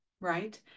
right